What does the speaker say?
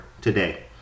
today